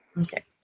Okay